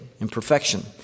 Imperfection